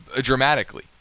dramatically